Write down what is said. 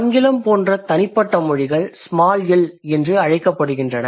ஆங்கிலம் போன்ற தனிப்பட்ட மொழிகள் ஸ்மால் எல் என்று அழைக்கப்படுகின்றன